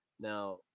Now